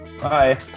Bye